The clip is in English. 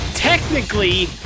Technically